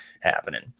happening